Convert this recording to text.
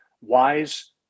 wise